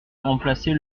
remplacer